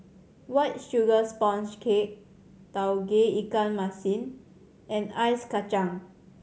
White Sugar Sponge Cake Tauge Ikan Masin and Ice Kachang